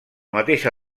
mateixa